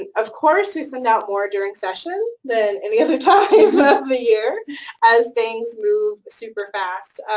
and of course, we send out more during session than any other time of the year as things move super fast.